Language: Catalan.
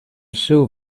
seu